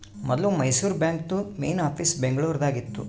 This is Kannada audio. ಮೊದ್ಲು ಮೈಸೂರು ಬಾಂಕ್ದು ಮೇನ್ ಆಫೀಸ್ ಬೆಂಗಳೂರು ದಾಗ ಇತ್ತು